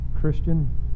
Christian